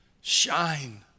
shine